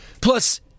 Plus